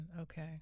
Okay